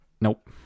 Nope